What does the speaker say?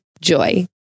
Joy